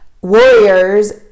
warriors